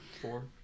Four